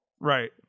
right